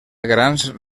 grans